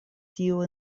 tiu